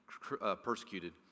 persecuted